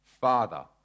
father